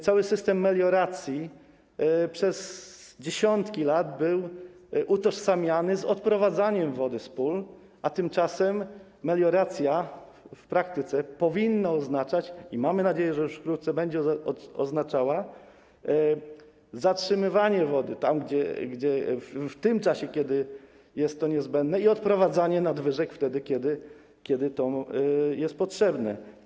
Cały system melioracji przez dziesiątki lat był utożsamiany z odprowadzaniem wody z pól, a tymczasem melioracja w praktyce powinna oznaczać, i mamy nadzieję, że już wkrótce będzie oznaczała, zatrzymywanie wody w tym czasie, w którym jest to niezbędne, i odprowadzanie nadwyżek wtedy, kiedy to jest potrzebne.